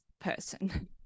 person